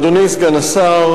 תודה רבה, אדוני סגן השר,